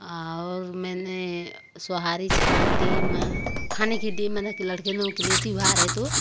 और मैंने सुहारी छान दी खाने की लड़के लोगों के लिए त्यौहार है तो